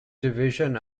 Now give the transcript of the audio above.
division